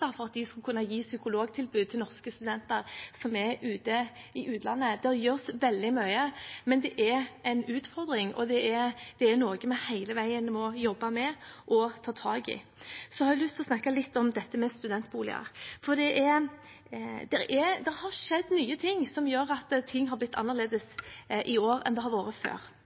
norske studenter som er i utlandet. Det gjøres veldig mye, men det er en utfordring, og det er noe vi hele veien må jobbe med og ta tak i. Så har jeg lyst til å snakke litt om dette med studentboliger, for det har skjedd nye ting, som gjør at ting har blitt annerledes i år enn de har vært før.